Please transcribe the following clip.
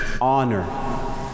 honor